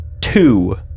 two